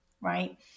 right